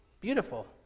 beautiful